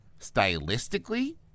stylistically